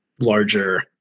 larger